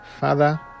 Father